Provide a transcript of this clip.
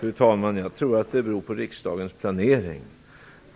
Fru talman! Jag tror att det beror på riksdagens planering